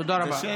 תודה רבה.